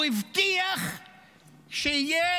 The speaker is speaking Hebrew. הוא הבטיח שתהיה